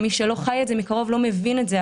מי שלא חי את זה מקרוב לא מבין את זה,